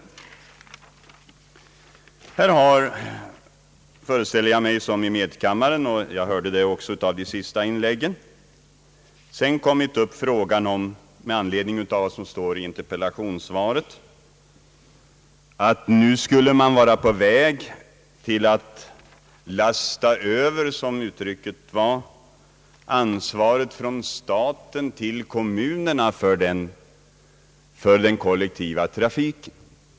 Här har liksom i medkammaren — jag hörde det också av de senaste inläggen — med anledning av vad som står i interpellationssvaret tagits upp frågan om man nu skulle vara på väg att »lasta över» ansvaret från staten till kommunerna för den kollektiva trafiken.